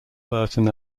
burton